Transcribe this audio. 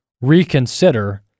reconsider